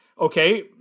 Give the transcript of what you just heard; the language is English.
okay